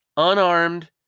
unarmed